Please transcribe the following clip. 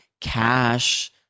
cash